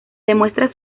demuestra